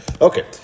Okay